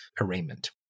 arraignment